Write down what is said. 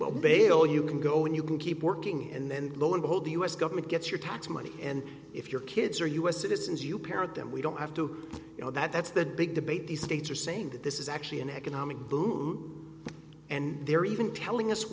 bail you can go and you can keep working and then lo and behold the us government gets your tax money and if your kids are u s citizens you parent them we don't have to you know that's the big debate the states are saying that this is actually an economic boom and they're even telling us